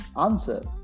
answer